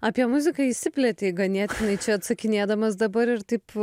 apie muziką išsiplėtei ganėtinai čia atsakinėdamas dabar ir taip